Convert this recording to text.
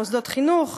מוסדות חינוך,